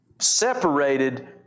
separated